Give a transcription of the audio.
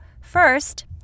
First